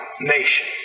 nation